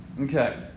Okay